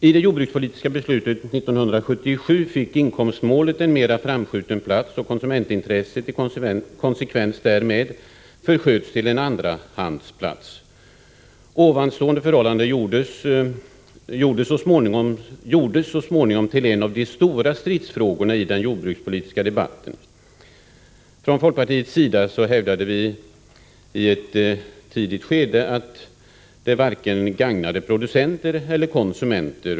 I det jordbrukspolitiska beslutet av 1977 fick inkomstmålet en mera framskjuten plats och konsumentintresset försköts i konsekvens därmed till en andrahandsplats. Detta förhållande gjordes så småningom till en av de stora stridsfrågorna i den jordbrukspolitiska debatten. I ett tidigt skede hävdade vi folkpartister att denna olikformighet gagnade varken producenter eller konsumenter.